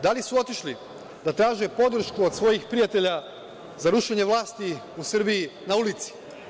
Da li su otišli da traže podršku od svojih prijatelja za rušenje vlasti u Srbiji na ulici?